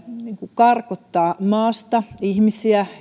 karkottaa maasta ihmisiä